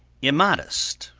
immodest,